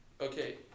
Okay